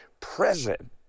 present